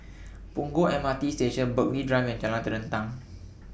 Punggol M R T Station Burghley Drive and Jalan Terentang